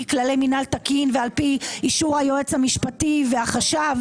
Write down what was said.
כללי מינהל תקין ועל פי אישור היועץ המשפטי והחשב.